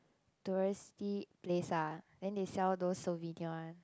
touristy place ah then they sell those souvenir one